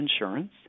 insurance